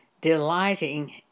delighting